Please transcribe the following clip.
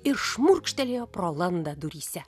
ir šmurkštelėjo pro landą duryse